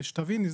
תביני,